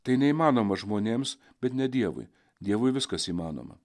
tai neįmanoma žmonėms bet ne dievui dievui viskas įmanoma